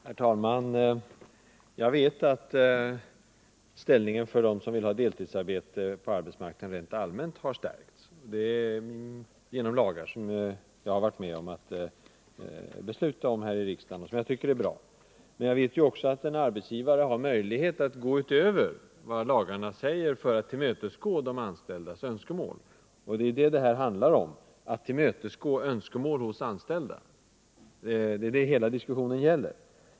Herr talman! Jag vet att ställningen för dem som vill ha deltidsarbete rent allmänt har stärkts på arbetsmarknaden genom lagar, som jag har varit med om att besluta här i riksdagen och som jag tycker är bra. Men jag vet också att en arbetsgivare har möjlighet att gå utöver vad lagarna säger för att tillmötesgå de anställdas önskemål. Det är det hela diskussionen gäller — att tillmötesgå önskemål hos anställda.